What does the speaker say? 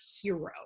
hero